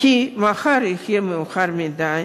כי מחר יהיה מאוחר מדי.